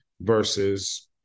versus